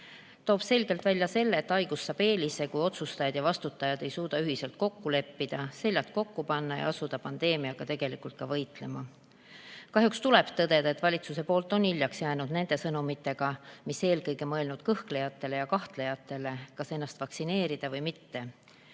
toob selgelt välja selle, et haigus saab eelise, kui otsustajad ja vastutajad ei suuda ühiselt kokku leppida, seljad kokku panna ja asuda pandeemiaga tegelikult võitlema. Kahjuks tuleb tõdeda, et valitsus on hiljaks jäänud sõnumitega, mis oleks eelkõige mõeldud kõhklejatele ja kahtlejatele, kas ennast vaktsineerida või mitte.